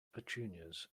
petunias